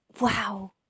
wow